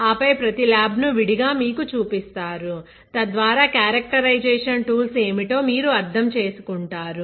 ఆపై ప్రతి ల్యాబ్ ను విడిగా మీకు చూపిస్తారుతద్వారా క్యారెక్టరైజేషన్ టూల్స్ ఏమిటో మీరు అర్థం చేసుకుంటారు